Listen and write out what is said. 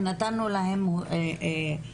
ונתנו להם הערות.